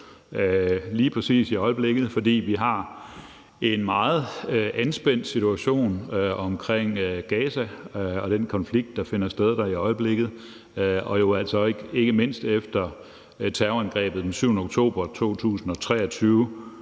lige præcis i øjeblikket, fordi vi har en meget anspændt situation omkring Gaza og den konflikt, der finder sted der i øjeblikket, ikke mindst efter terrorangrebet den 7. oktober 2023,